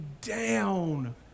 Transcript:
down